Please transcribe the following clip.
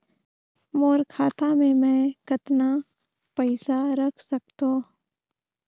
मोर खाता मे मै कतना पइसा रख सख्तो?